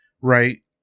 right